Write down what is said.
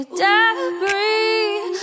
debris